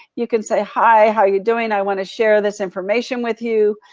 you can say hi, how you doing? i wanna share this information with you,